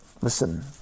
listen